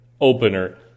opener